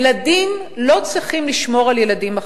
ילדים לא צריכים לשמור על ילדים אחרים.